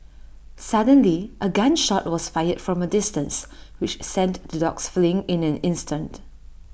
suddenly A gun shot was fired from A distance which sent the dogs fleeing in an instant